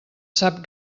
sap